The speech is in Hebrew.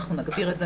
אנחנו נגביר את זה.